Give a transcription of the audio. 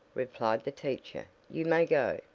replied the teacher. you may go.